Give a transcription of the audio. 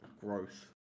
growth